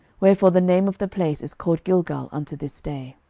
wherefore the name of the place is called gilgal unto this day.